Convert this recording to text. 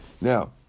Now